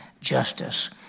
justice